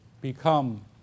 become